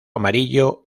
amarillo